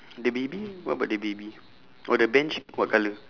the baby what about the baby oh the bench what colour